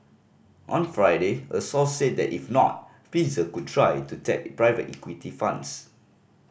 on Friday a source said that if not Pfizer could try to tap private equity funds